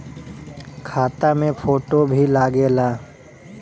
खाता मे फोटो भी लागे ला?